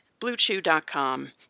BlueChew.com